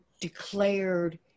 declared